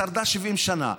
שרדה 70 שנה.